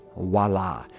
voila